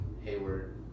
Hayward